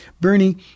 Bernie